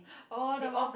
oh